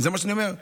זה מה שאני אומר.